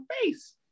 face